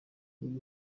ibi